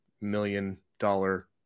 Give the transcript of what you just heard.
million-dollar